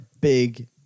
big